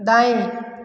दाएं